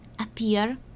appear